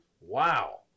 Wow